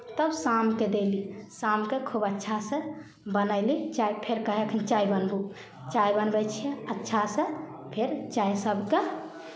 तब शामके देली शामके खूब अच्छासँ बनयली चाय फेर कहलखिन चाय बनबू चाय बनबै छियै अच्छासँ फेर चाय सभकेँ